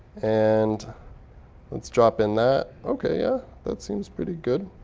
and let's drop in that. ok, yeah, that seems pretty good.